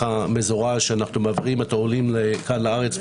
המזורז שאנחנו מעבירים את העולים לארץ.